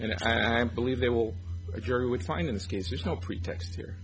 and i am believe they will a jury would find in this case there's no pretext here